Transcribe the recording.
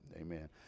Amen